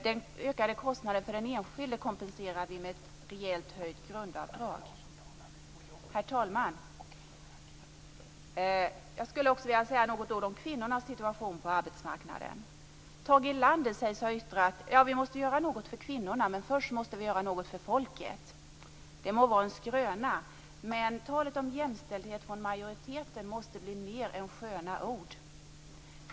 Den ökade kostnaden för den enskilde kompenserar vi genom ett rejält höjt grundavdrag. Herr talman! Jag vill också säga några ord om kvinnornas situation på arbetsmarknaden. Tage Erlander sägs ha yttrat: Vi måste göra något för kvinnorna, men först måste vi göra något för folket. Det må vara en skröna, men talet om jämställdhet från majoriteten måste bli mer än sköna ord.